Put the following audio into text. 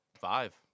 five